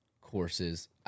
courses